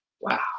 Wow